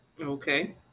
Okay